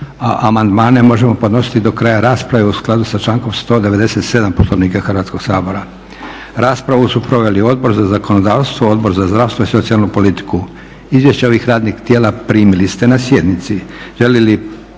a amandmane možemo podnositi do kraja rasprave u skladu sa člankom 197. Poslovnika Hrvatskog sabora. Raspravu su proveli Odbor za zakonodavstvo i Odbor za zdravstvo i socijalnu politiku. Izvješća ovih radnih tijela primili ste na sjednici.